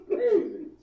Crazy